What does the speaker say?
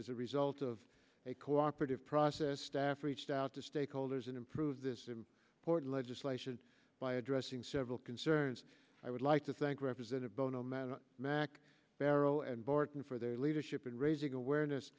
as a result of a cooperative process staff reached out to stakeholders and improve this in port legislation by addressing several concerns i would like to think represented bono man mack barrow and barton for their leadership in raising awareness